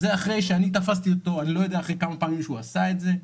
זה אחרי שאני תפסתי אותו וכשאני לא יודע כמה פעמים הוא עשה את זה.